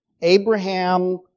Abraham